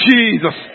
Jesus